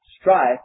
Strife